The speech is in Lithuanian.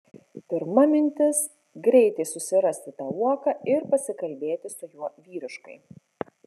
pirma mintis greitai susirasti tą uoką ir pasikalbėti su juo vyriškai